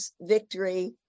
victory